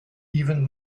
even